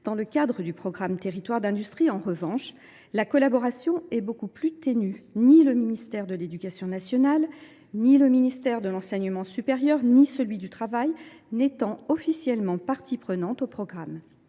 dans le cadre du programme Territoires d’industrie, en revanche, la collaboration est beaucoup plus ténue : ni le ministère de l’éducation nationale, ni celui de l’enseignement supérieur, ni celui du travail ne sont officiellement parties prenantes au programme.